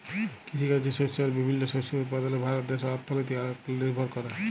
কিসিকাজে শস্য আর বিভিল্ল্য শস্য উৎপাদলে ভারত দ্যাশের অথ্থলিতি অলেকট লিরভর ক্যরে